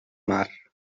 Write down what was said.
mar